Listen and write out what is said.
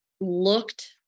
looked